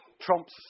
trumps